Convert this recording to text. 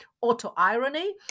auto-irony